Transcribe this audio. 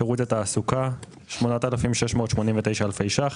שירות התעסוקה 8,689 אלפי ₪,